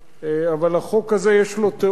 אבל החוק הזה יש לו תאום,